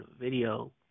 video